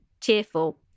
cheerful